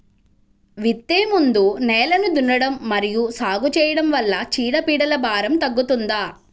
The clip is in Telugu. విత్తే ముందు నేలను దున్నడం మరియు సాగు చేయడం వల్ల చీడపీడల భారం తగ్గుతుందా?